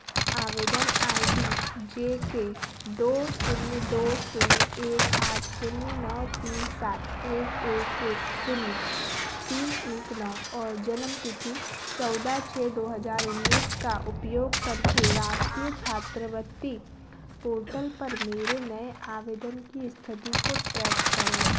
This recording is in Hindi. आवेदन आई डी जे के दो शून्य दो शून्य एक आठ शून्य नौ तीन सात एक एक एक शून्य तीन एक नौ और जन्म तिथि चौदह छः दो हज़ार उन्नीस का उपयोग करके राष्ट्रीय छात्रवृत्ति पोर्टल पर मेरे नए आवेदन की स्थिति को ट्रैक करें